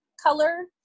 color